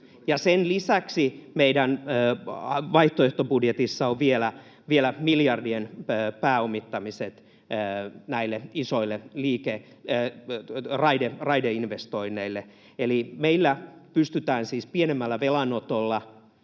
sen lisäksi meidän vaihtoehtobudjetissamme on vielä miljardien pääomittamiset isoille raideinvestoinneille. Eli meillä pystytään siis pienemmällä velanotolla